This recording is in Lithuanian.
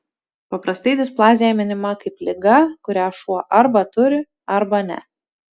paprastai displazija minima kaip liga kurią šuo arba turi arba ne